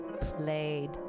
played